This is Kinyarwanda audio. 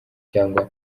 cyangwa